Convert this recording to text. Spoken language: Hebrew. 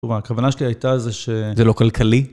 טוב, הכוונה שלי הייתה זה שלא כלכלי.